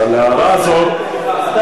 אז על ההערה הזאת, מה זה לאחד?